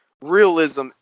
realism